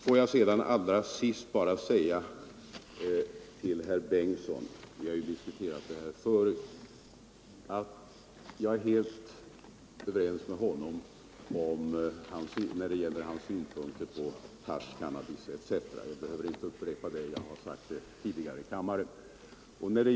Låt mig sedan till sist bara säga till herr Bengtsson i Göteborg — vi har ju diskuterat detta förut — att jag helt instämmer i hans synpunkter på hasch, cannabis etc. Jag behöver inte upprepa detta — jag har sagt det tidigare i kammaren.